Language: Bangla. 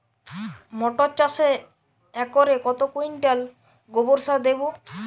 মটর চাষে একরে কত কুইন্টাল গোবরসার দেবো?